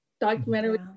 documentary